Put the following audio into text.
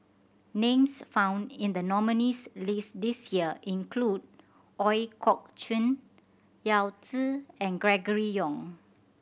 names found in the nominees' list this year include Ooi Kok Chuen Yao Zi and Gregory Yong